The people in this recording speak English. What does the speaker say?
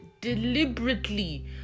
deliberately